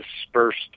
dispersed